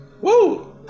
Woo